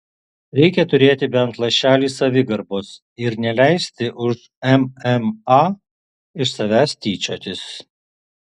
reikia turėti bent lašelį savigarbos ir neleisti už mma iš savęs tyčiotis